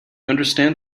understand